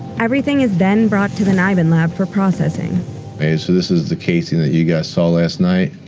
everything is then brought to the nibin lab for processing. and so this is the casing that you guys saw last night.